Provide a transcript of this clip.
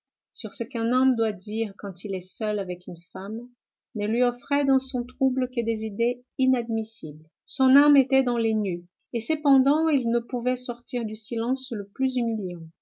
sur ce qu'un homme doit dire quand il est seul avec une femme ne lui offrait dans son trouble que des idées inadmissibles son âme était dans les nues et cependant il ne pouvait sortir du silence le plus humiliant